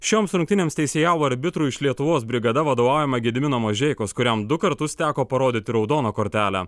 šioms rungtynėms teisėjavo arbitrų iš lietuvos brigada vadovaujama gedimino mažeikos kuriam du kartus teko parodyti raudoną kortelę